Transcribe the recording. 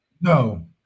No